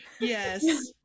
Yes